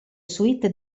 suite